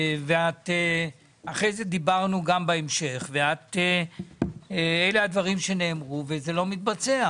אחרי זה דיברנו בהמשך, וזה לא מתבצע.